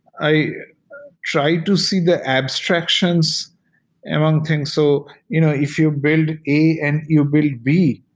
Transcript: i try to see the abstractions among things. so you know if you build a and you build b,